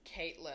caitlin